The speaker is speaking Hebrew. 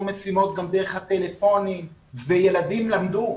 משימות גם דרך הטלפונים וילדים למדו.